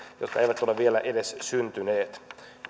jotka eivät ole vielä edes syntyneet